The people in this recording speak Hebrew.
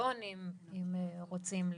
ניסיון אם רוצים להוסיף.